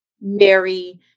Mary